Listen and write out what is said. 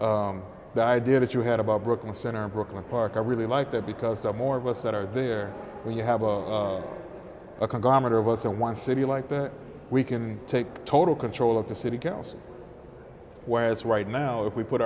know the idea that you had about brooklyn center brooklyn park i really like that because of more of us that are there when you have a conglomerate or was a one city like that we can take total control of the city council whereas right now if we put